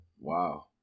Wow